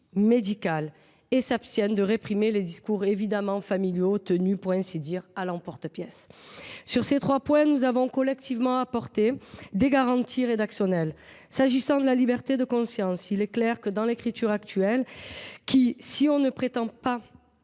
médicale et s’abstenir de réprimer les discours familiaux tenus, pour ainsi dire, à l’emporte pièce. Sur ces trois points, nous avons collectivement apporté des garanties rédactionnelles. S’agissant de la liberté de conscience, il n’y a pas d’infraction si l’on ne prétend pas